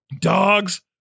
dogs